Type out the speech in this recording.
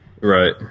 Right